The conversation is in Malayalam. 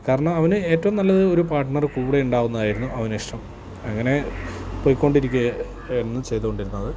കാരണം അവന് ഏറ്റവും നല്ലത് ഒരു പാർട്ട്നർ കൂടെ ഉണ്ടാവുന്നത് ആയിരുന്നു അവന് ഇഷ്ടം അങ്ങനെ പോയിക്കൊണ്ടിരിക്കുക എന്നും ചെയ്തു കൊണ്ടിരുന്നത്